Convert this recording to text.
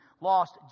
lost